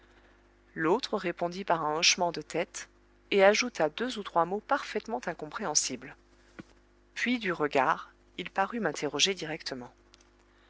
l'autre répondit par un hochement de tête et ajouta deux ou trois mots parfaitement incompréhensibles puis du regard il parut m'interroger directement